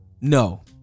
No